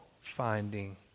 finding